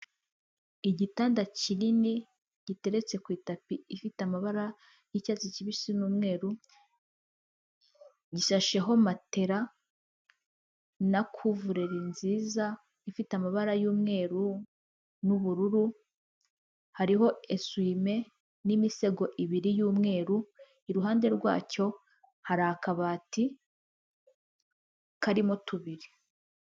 Igitanda kinini giteretse ku itapi ifite amabara y'icyatsi kibisi n'umweru, gishasheho matera na kuvureri nziza ifite amabara y'umweru n'ubururu, hariho esuyime n'imisego ibiri y'umweru, iruhande rwacyo hari akabati karimo tubiri.